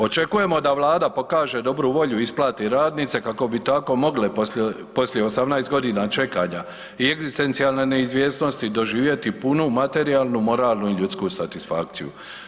Očekujemo da vlada pokaže dobru volju i isplati radnice kako bi tako mogle poslije, poslije 18.g. čekanja i egzistencijalne neizvjesnosti doživjeti punu materijalnu, moralnu i ljudsku satisfakciju.